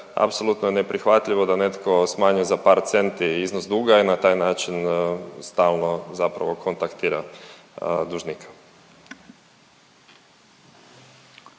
apsolutno je neprihvatljivo da netko smanjuje za par centi iznos duga i na taj način stalno zapravo kontaktira.